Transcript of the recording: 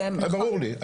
ברור לי.